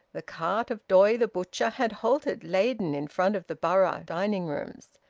the cart of doy, the butcher, had halted laden in front of the borough dining rooms,